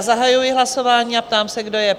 Zahajuji hlasování a ptám se, kdo je pro?